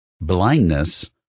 blindness